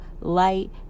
light